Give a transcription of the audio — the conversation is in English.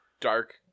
Dark